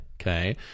Okay